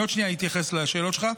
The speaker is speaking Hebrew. אני עוד שנייה אתייחס לשאלות שלך.